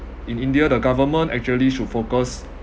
in india the government actually should focus